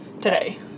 today